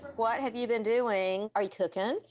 what have you been doing? are you cooking?